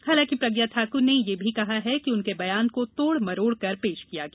हालांकि प्रज्ञा ठाक्र ने यह भी कहा है कि उनके बयान को तोड़ मरोड़ कर पेश किया गया